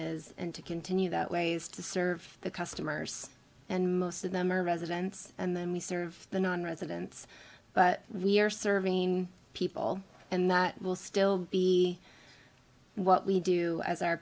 is and to continue that ways to serve the customers and most of them are residents and then we serve the nonresidents but we're serving people and that will still be what we do as our